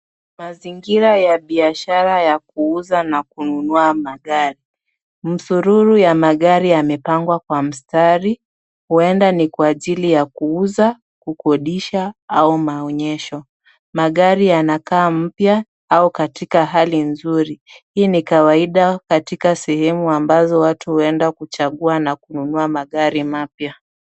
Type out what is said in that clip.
Mazingira ya biashara ya kuuza na kununua magari. Msururu ya magari yamepangwa kwa mstari, huenda ni kwa ajili ya kuuza, kukodisha au maonyesho. Magari yanakaa mpya au katika hali nzuri. Hii ni kawaida katika sehemu ambazo watu huenda kuchagua na kununua magari mapya.